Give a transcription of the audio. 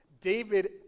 David